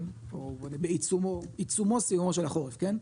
או בעיצומו עיצומו סיומו של החורף כן,